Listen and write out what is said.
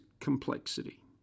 complexity